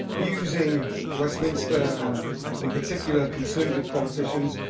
using westminster, and in particular conservative politicians,